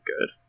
good